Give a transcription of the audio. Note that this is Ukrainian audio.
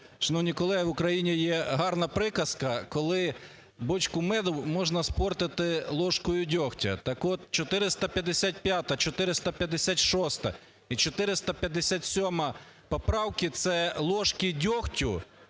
Шановні колеги, в Україні є гарна приказка, коли бочку меду можнаспортити ложкою дьогтю. Так от, 455-а, 456-а і 457-а поправки – це ложки дьогтю